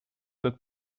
het